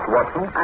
Watson